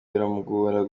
biramugora